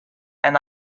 and